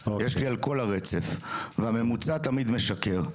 יש לי על כל הרצף והממוצע תמיד משקר.